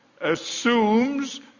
assumes